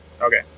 Okay